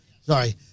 sorry